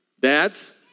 Dads